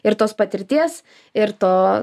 ir tos patirties ir to